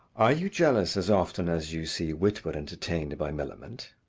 are you jealous as often as you see witwoud entertained by millamant?